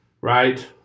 right